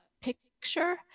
picture